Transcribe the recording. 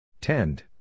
TEND